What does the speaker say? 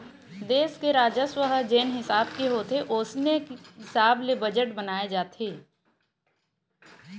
देस के राजस्व ह जेन हिसाब के होथे ओसने हिसाब ले बजट बनाए जाथे